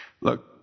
Look